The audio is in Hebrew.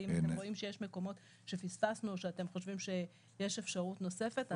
אם אתם רואים שיש מקומות שפספסנו או שאתם חושבים שיש אפשרות נוספת,